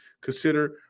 consider